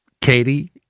Katie